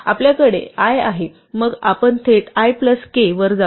आमल्याकडे i आहे मग आपण थेट ik वर जाऊ